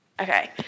Okay